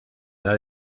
edad